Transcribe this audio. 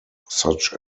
such